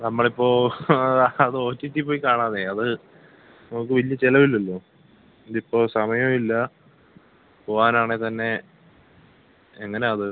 നമ്മളിപ്പോൾ അത് O T T പോയി കാണാമെന്നേ അത് നമുക്ക് വലിയ ചിലവില്ലല്ലോ ഇതിപ്പോൾ സമയം ഇല്ല പോകാനാണേ തന്നെ എങ്ങനെയാണത്